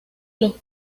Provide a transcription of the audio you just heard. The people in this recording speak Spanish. los